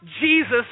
Jesus